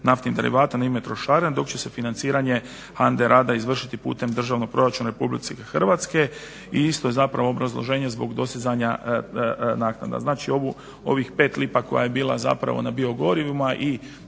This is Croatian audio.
naftnih derivata na ime trošarina dok će se financiranje HANDA-e rada izvršiti putem državnog proračuna RH. I isto je obrazloženje zbog dostizanja naknada. Znači ovih 5 lipa koja je bila zapravo na biogorivima i